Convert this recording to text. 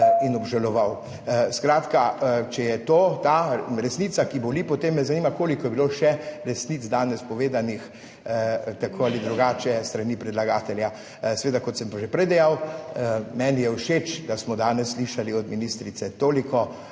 in obžaloval. Skratka, če je to ta resnica, ki boli, potem me zanima koliko je bilo še resnic danes povedanih tako ali drugače s strani predlagatelja. Seveda, kot sem že prej dejal, meni je všeč, da smo danes slišali od ministrice toliko